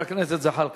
חבר הכנסת זחאלקה.